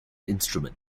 instrument